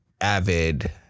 avid